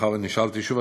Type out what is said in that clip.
מאחר שנשאלתי שוב,